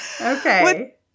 Okay